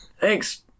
Thanks